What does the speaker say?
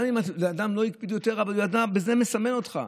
גם אם אדם לא הקפיד יותר, הוא ידע, זה מסמן אותך.